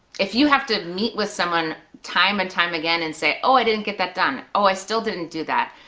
if you have to meet with someone time and time again and say oh, i didn't get that done, oh, i still didn't do that,